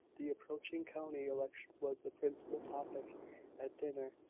the approaching county election was the principal topic at dinner,